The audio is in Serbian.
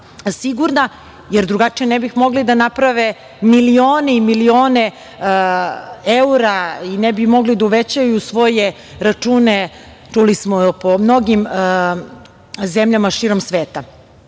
sigurna, jer drugačije ne bi mogli da naprave milione i milione eura i ne bi mogli da uvećaju svoje račune, čuli smo, po mnogim zemljama širom sveta. Da